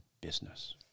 business